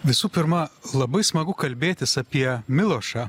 visų pirma labai smagu kalbėtis apie milošą